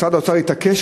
משרד האוצר התעקש,